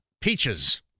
Peaches